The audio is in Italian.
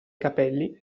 capelli